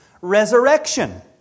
resurrection